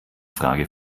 frage